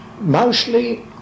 mostly